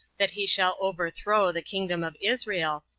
that he shall overthrow the kingdom of israel,